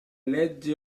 legge